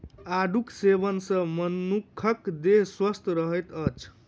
आड़ूक सेवन सॅ मनुखक देह स्वस्थ रहैत अछि